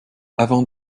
avant